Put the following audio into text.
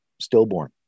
stillborn